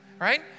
right